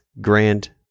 grand